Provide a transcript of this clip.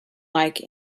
like